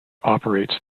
operates